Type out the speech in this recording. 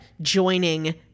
joining